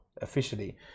officially